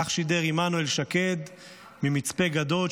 כך שידר עמנואל שקד ממצפה גדות,